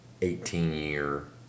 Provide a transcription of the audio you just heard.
18-year